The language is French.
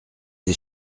des